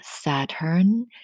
Saturn